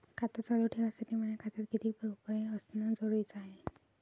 खातं चालू ठेवासाठी माया खात्यात कितीक रुपये असनं जरुरीच हाय?